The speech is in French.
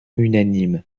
unanime